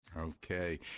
Okay